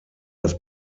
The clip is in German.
das